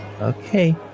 okay